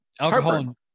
alcohol